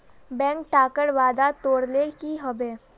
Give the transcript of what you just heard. bank टाकार वादा तोरले कि हबे